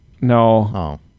No